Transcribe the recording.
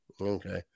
Okay